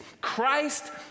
Christ